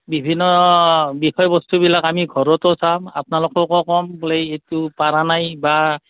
বিভিন্ন বিষয়বস্তুবিলাক আমি ঘৰতো চাম আপোনালোককো ক'ম বোলে এইটো পৰা নাই বা